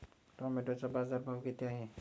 टोमॅटोचा बाजारभाव किती आहे?